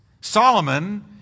Solomon